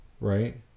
right